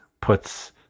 puts